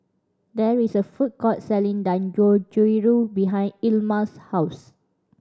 there is a food court selling Dangojiru behind Ilma's house